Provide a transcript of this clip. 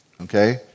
Okay